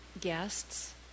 guests